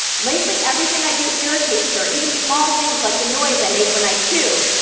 lately, everything i do irritates her, even small things, like the noise i make when i chew.